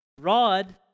Rod